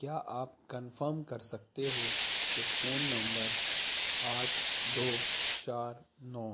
کیا آپ کنفرم کر سکتے ہو کہ فون نمبر آٹھ دو چار نو